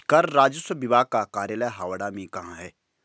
कर राजस्व विभाग का कार्यालय हावड़ा में कहाँ है?